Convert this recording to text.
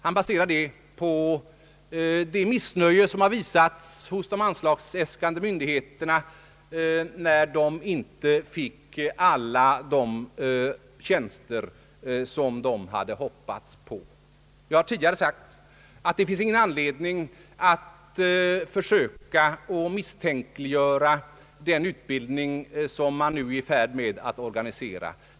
Han baserar sitt uttalande på det missnöje som visas av de anslagsäskande myndigheterna över att inte alla begärda tjänster beviljades. Jag har tidigare sagt att det inte finns anledning att misstänkliggöra den utbildning som nu håller på att organiseras.